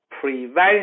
prevention